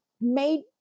made